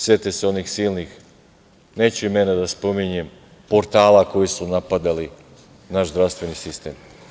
Setite se onih silnih, neću imena da spominjem, portala koji su napadali naš zdravstveni sistem.